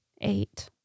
eight